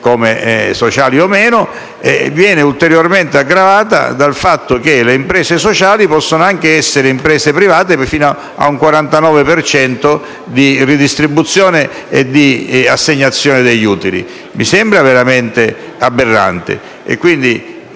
(sociali o meno), viene ulteriormente aggravata dal fatto che le imprese sociali possono anche essere imprese private fino ad un 49 per cento di ridistribuzione e di assegnazione degli utili. Mi sembra veramente aberrante;